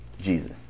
Jesus